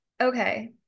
Okay